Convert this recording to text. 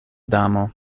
damo